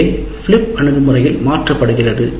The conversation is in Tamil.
இதுவே பிலிப் அணுகுமுறையில் மாற்றப்படுகிறது